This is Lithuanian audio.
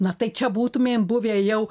na tai čia būtumėm buvę jau